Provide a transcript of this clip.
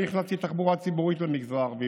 אני הכנסתי תחבורה ציבורית למגזר הערבי,